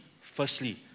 firstly